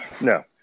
No